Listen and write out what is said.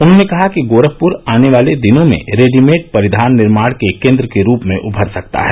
उन्होंने कहा कि गोरखपुर आने वाले दिनों में रेडीमेड परिधान निर्माण के केन्द्र के रूप में उभर सकता है